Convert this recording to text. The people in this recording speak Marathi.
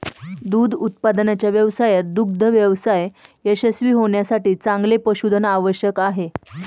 दूध उत्पादनाच्या व्यवसायात दुग्ध व्यवसाय यशस्वी होण्यासाठी चांगले पशुधन आवश्यक आहे